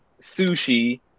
sushi